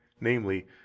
namely